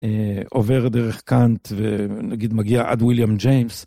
עובר דרך קאנט ונגיד מגיע עד וויליאם ג'יימס.